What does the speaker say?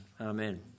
amen